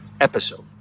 episode